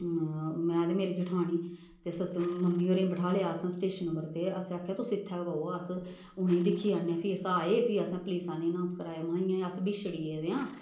में ते मेरी जठानी ते सस्स मम्मी होरें गी बठालेआ असें स्टेशन उप्पर ते अस आखेआ तुस इत्थै गै बवौ अस उनेंगी दिक्खी आन्ने फ्ही अस आए फ्ही असें पुलिसै आह्लें अनाउस कराया महां इ'यां इ'यां अस बिछड़ी गेदे आं